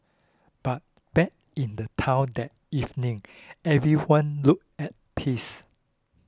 but back in the town that evening everyone looked at peace